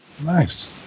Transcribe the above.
nice